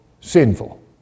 sinful